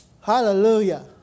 Hallelujah